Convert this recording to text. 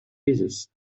кризис